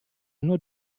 nur